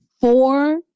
Four